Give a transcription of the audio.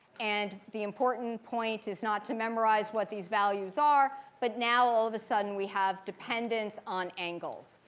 and the important point is not to memorize what these values are. but now all of a sudden we have dependence on angles.